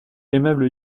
aimable